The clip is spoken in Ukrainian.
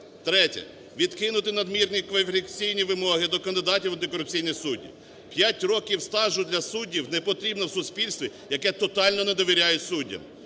Третє. Відкинути надмірні кваліфікаційні вимоги до кандидатів у антикорупційні судді. П'ять років стажу для суддів не потрібно в суспільстві, яке тотально не довіряє суддям.